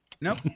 Nope